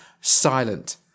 silent